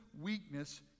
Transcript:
weakness